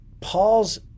Paul's